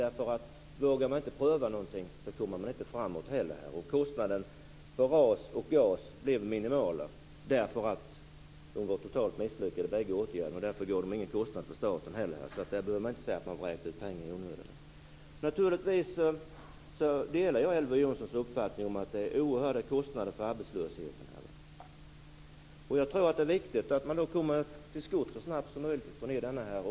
Vågar man inte pröva någonting kommer man inte heller framåt. Kostnaderna för RAS och GAS blev minimala, därför att bägge åtgärderna var totalt misslyckade. Därför orsakade de ingen kostnad för staten heller. Där behöver man inte säga att man vräkte ut pengar i onödan. Naturligtvis delar jag Elver Jonssons uppfattning att det är oerhörda kostnader för arbetslösheten. Jag tror att det är viktigt att man kommer till skott så snabbt som möjligt och får ned dem.